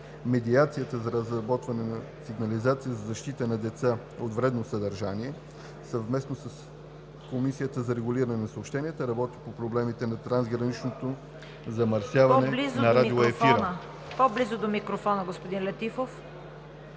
медиацията за разработване на сигнализация за защита на децата от вредно съдържание, съвместно с Комисията за регулиране на съобщенията работи по проблемите на трансграничното замърсяване на радио ефира. Като член на СЕМ в периода